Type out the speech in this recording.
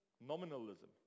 nominalism